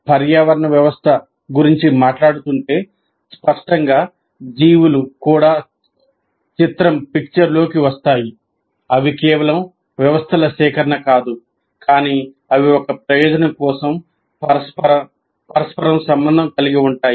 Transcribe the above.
ఒక వ్యవస్థ అవి కేవలం వ్యవస్థల సేకరణ కాదు కానీ అవి ఒక ప్రయోజనం కోసం పరస్పరం సంబంధం కలిగి ఉంటాయి